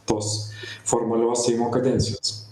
tos formalios seimo kadencijos